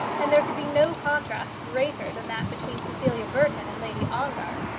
and there could be no contrast greater than that between cecilia burton and lady ongar.